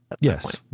Yes